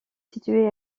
situé